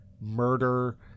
Murder